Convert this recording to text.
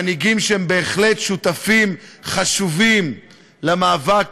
מנהיגים שהם בהחלט שותפים חשובים למאבק